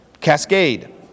cascade